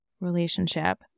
relationship